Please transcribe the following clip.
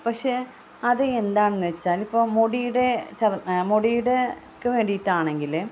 പഷേ അത് എന്താണെന്ന് വെച്ചാൽ ഇപ്പോൾ മുടിയുടെ മുടിയുടെ വേണ്ടിയിട്ടാണെങ്കിൽ